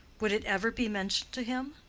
would it ever be mentioned to him?